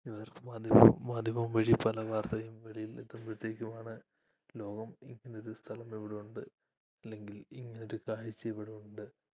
ഇവിടുത്തെ മാധ്യമം മാധ്യമം വഴി പല വാർത്തയും വെളിയിൽ എത്തുമ്പഴത്തേക്കുമാണ് ലോകം ഇങ്ങനൊരു സ്ഥലം ഇവിടുണ്ട് അല്ലെങ്കിൽ ഇങ്ങനത്തെ കാഴ്ച്ച ഇവിടുണ്ട്